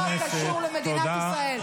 אתם הרסתם את המדינה.